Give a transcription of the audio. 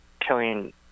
killing